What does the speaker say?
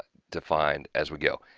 defined as we go.